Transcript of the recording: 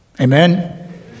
Amen